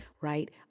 right